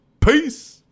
Peace